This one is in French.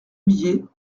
billet